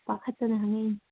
ꯄꯥꯈꯠꯇꯅ ꯍꯪꯂꯛꯂꯤꯅꯤ